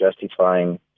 justifying